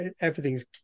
everything's